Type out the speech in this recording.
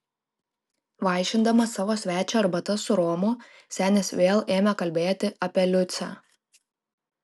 vaišindamas savo svečią arbata su romu senis vėl ėmė kalbėti apie liucę